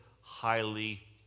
highly